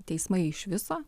teismai iš viso